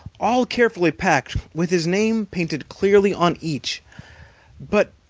all carefully packed, with his name painted clearly on each but,